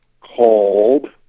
called